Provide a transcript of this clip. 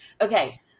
Okay